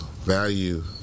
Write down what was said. value